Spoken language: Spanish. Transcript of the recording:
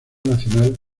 nacional